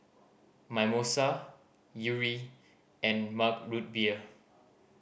Mimosa Yuri and Mug Root Beer